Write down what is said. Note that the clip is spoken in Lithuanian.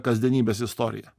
kasdienybės istorija